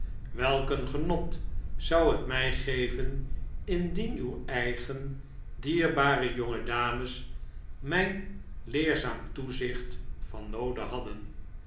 welk een genot zou het mij geven indien uw eigen dierbare jonge dames mijn leerzaam toezicht van noode hadden